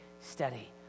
steady